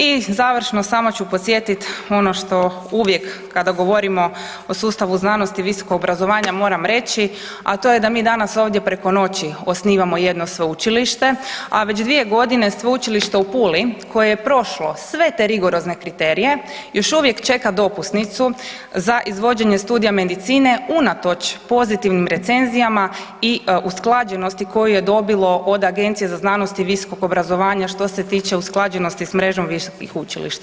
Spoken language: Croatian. I završno, samo ću podsjetit ono što uvijek kada govorimo o sustavu znanosti i visokog obrazovanja moram reći, a to je da mi danas ovdje preko noći osnivamo jedno sveučilište a već 2 g. Sveučilište u Puli koje je prošlo sve te rigorozne kriterije, još uvijek čeka dopusnicu za izvođenje studija medicine unatoč pozitivnim recenzijama i usklađenosti koju je dobilo od Agencije za znanost i visokog obrazovanja što se tiče usklađenosti s mrežom visokih učilišta.